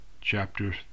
chapter